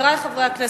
חברי חברי הכנסת,